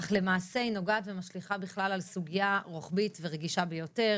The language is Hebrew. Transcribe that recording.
אך למעשה היא נוגעת ומשליכה בכלל על סוגיה רוחבית ורגישה ביותר